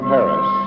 Paris